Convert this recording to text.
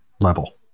level